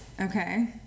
Okay